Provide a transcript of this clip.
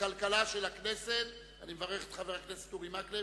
הכלכלה נתקבלה.